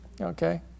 Okay